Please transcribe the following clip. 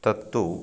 तत्तु